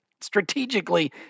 strategically